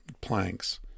planks